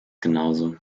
genauso